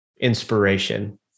inspiration